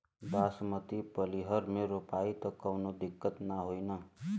बासमती पलिहर में रोपाई त कवनो दिक्कत ना होई न?